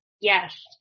Yes